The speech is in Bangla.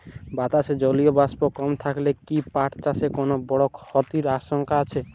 বাতাসে জলীয় বাষ্প কম থাকলে কি পাট চাষে কোনো বড় ক্ষতির আশঙ্কা আছে?